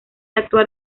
actuar